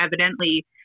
evidently